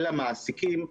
אל המעסיקים,